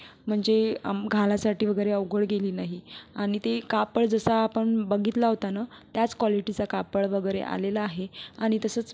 म्हणजे अम् घालायसाठी वगैरे अवघड गेली नाही आणि ते कापड जसं आपण बघितलं होतं ना त्याच क्वॉलिटीचा कापड वगैरे आलेलं आहे आणि तसंच